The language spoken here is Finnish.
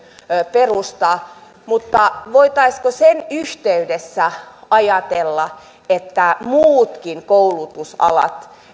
perustaa mutta voitaisiinko sen yhteydessä ajatella että muutkin koulutusalat